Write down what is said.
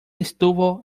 estuvo